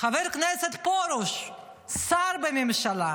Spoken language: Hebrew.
חבר כנסת פרוש, שר בממשלה,